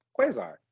quasar